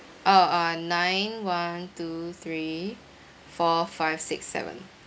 orh uh nine one two three four five six seven